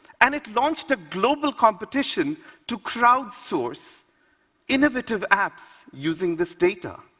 and it launched a global competition to crowdsource innovative apps using this data.